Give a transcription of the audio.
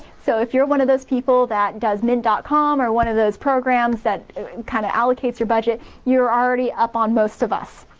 so if you're one of those people that does mint dot com or one of those programs that kinda allocates your budget, you're already up on most of us.